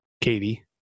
katie